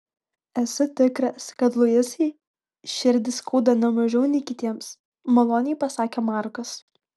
esu tikras kad luisai širdį skauda ne mažiau nei kitiems maloniai pasakė markas